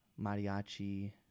mariachi